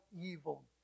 evil